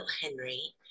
Henry